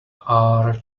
are